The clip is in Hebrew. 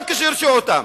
גם כשהרשיעו אותם,